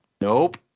Nope